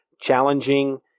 challenging